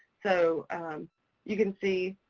so you can see,